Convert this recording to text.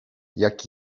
jak